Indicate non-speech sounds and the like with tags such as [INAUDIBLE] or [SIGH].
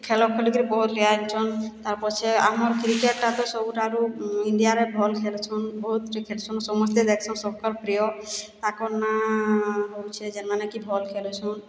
ଖେଲ ଖେଲି କରି ବହୁତ [UNINTELLIGIBLE] ହେଇଛନ୍ ତା' ପଛେ ଆମର କ୍ରିକେଟଟା ତ ସବୁଠାରୁ ଇଣ୍ଡିଆର ଭଲ ଖେଲୁଛନ୍ ବହୁତ ଖେଲୁଛନ୍ ସମସ୍ତେ ଦେଖୁଛନ୍ ସଭିଙ୍କ ପ୍ରିୟ ତାଙ୍କର ନାଁ ହେଉଛି ଯେନ୍ ମାନେକି ଭଲ ଖେଳୁଛନ୍